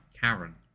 Karen